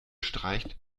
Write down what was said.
streicht